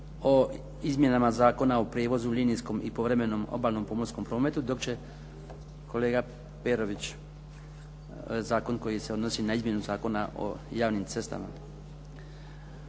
o izmjenama Zakona o prijevozu u linijskom i povremenom obalnom pomorskom prometu, dok će kolega Perović zakon koji se odnosi na izmjenu Zakona o javnim cestama.